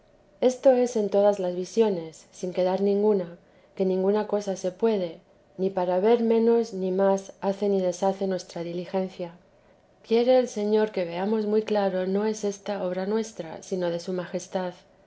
esto es en todas las visiones sin quedar ninguna que ninguna cosa se puede ni para ver menos ni más hace ni deshace nuestra diligencia quiere el señor que veamos muy claro no es esta obra nuestra sino de su majestad